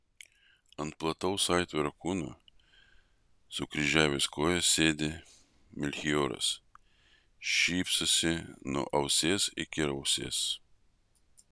ant plataus aitvaro kūno sukryžiavęs kojas sėdi melchioras šypsosi nuo ausies iki ausies